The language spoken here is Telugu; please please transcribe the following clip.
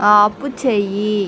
ఆపుచెయ్యి